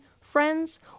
friends